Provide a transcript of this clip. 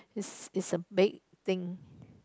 is is a big thing